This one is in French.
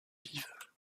vives